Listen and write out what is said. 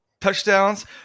touchdowns